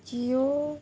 Jio